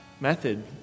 method